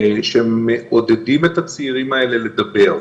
שהם מעודדים את הצעירים האלה לדבר.